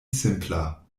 simpla